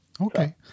Okay